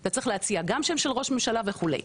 אתה צריך להציע גם שם של ראש ממשלה וכו'.